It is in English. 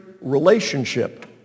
relationship